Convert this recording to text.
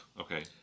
Okay